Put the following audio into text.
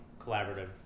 collaborative